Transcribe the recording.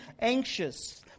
anxious